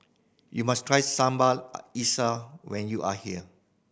you must try sambal when you are here